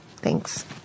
Thanks